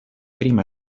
prima